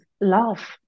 love